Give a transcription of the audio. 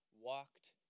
walked